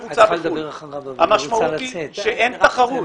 המשמעות היא שאין תחרות.